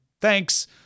Thanks